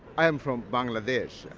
i'm from bangladesh.